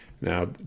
Now